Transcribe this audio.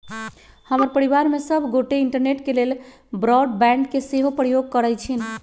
हमर परिवार में सभ गोटे इंटरनेट के लेल ब्रॉडबैंड के सेहो प्रयोग करइ छिन्ह